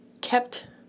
kept